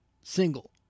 Single